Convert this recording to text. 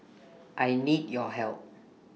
I need your help